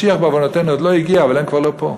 משיח, בעוונותינו, עוד לא הגיע, אבל הם כבר לא פה.